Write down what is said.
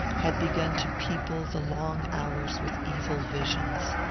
had begun to people the long hours with evil visions.